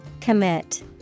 Commit